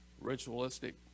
ritualistic